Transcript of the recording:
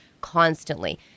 constantly